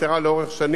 ולא בכדי,